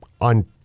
on